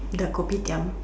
the Kopitiam